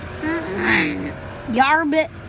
Yarbit